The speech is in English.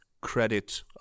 credit